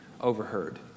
overheard